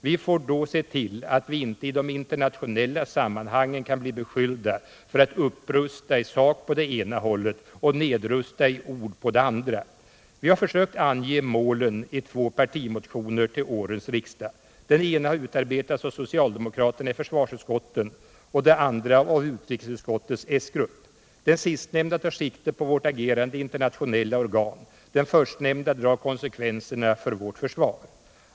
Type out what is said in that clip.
Vi får då se till att vi inte i de internationella sammanhangen kan bli beskyllda för att ”upprusta i sak på det ena hållet och nedrusta i ord på det andra”. Vi har försökt ange målen i två partimotioner till årets riksdag. Den ena har utarbetats av socialdemokraterna i försvarsutskottet och den andra av utrikesutskottets s-grupp. Den sistnämnda tar sikte på vårt agerande i internationella organ. Den förstnämnda drar konsekvenser för vårt försvar.